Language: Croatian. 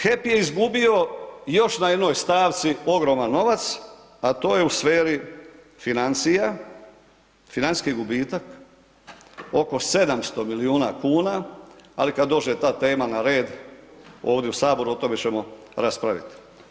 HEP je izgubio još na jednoj stavci ogroman novac, a to je u sferi financija, financijski gubitak oko 700 milijuna kuna, ali kad dođe ta tema na red ovdje u saboru o tome ćemo raspravit.